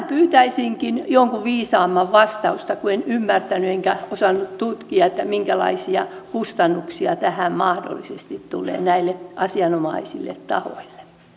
pyytäisinkin jonkun viisaamman vastausta kun en ymmärtänyt enkä osannut tutkia minkälaisia kustannuksia tähän mahdollisesti tulee näille asianomaisille tahoille